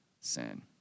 sin